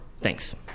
Thanks